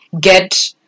get